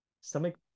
Stomach